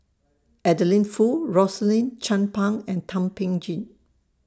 Adeline Foo Rosaline Chan Pang and Thum Ping Tjin